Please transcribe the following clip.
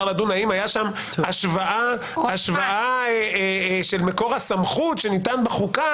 לדון האם הייתה שם השוואה של מקור הסמכות שניתן בחוקה